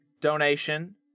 donation